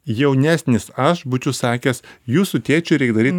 jaunesnis aš būčiau sakęs jūsų tėčiui reik daryt